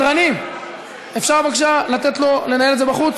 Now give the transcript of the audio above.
סדרנים, אפשר בבקשה לתת לו לנהל את זה בחוץ?